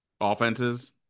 offenses